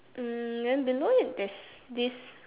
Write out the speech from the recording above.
mm I don't know if there's this